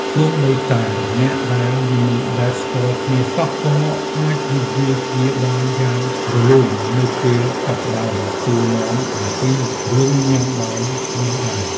សូម្បីតែអ្នកដែលមិនដែលស្គាល់គ្នាសោះ ក៏អាចនិយាយគ្នាបានយ៉ាងរលូននៅពេលចាប់ផ្តើមសួរនាំអំពីរឿងញ៉ាំបាយនេះដែរ។